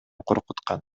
коркуткан